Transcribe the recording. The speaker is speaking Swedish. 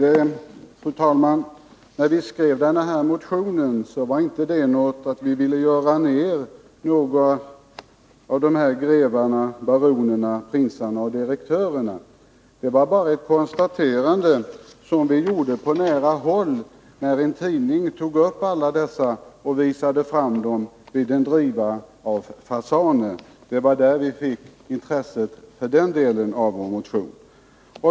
Fru talman! När vi skrev denna motion var det inte för att vi ville göra ner några av de här grevarna, baronerna, prinsarna och direktörerna. Vi gjorde bara ett konstaterande på nära håll, när en tidning tog upp frågan och visade upp alla dessa personer vid en driva fasaner. Det var därför vi fick upp intresset och tog med den delen i vår motion.